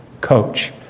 coach